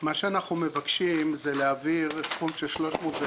מה שאנחנו מבקשים זה להעביר זכות של